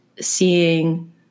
seeing